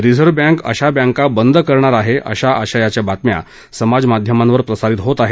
reserve bank अशा बँका बंद करणार आहे अशा आशयाच्या बातम्या समाज माध्यमांवर प्रसारित होत आहेत